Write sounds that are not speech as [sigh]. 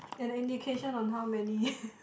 an indication on how many [laughs]